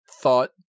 thought